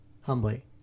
Humbly